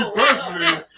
personally